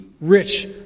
rich